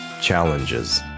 challenges